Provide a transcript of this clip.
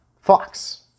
Fox